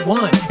one